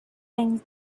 things